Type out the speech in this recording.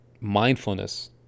mindfulness